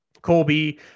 Colby